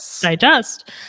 digest